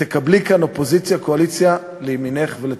ותקבלי כאן אופוזיציה קואליציה לימינך ולטובתך.